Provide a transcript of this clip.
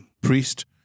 priest